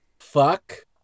Fuck